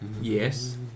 Yes